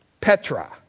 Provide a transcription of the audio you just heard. Petra